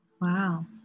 Wow